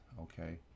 okay